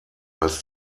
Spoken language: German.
als